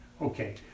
Okay